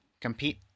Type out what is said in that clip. compete